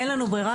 אין לנו ברירה,